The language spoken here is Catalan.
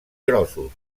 grossos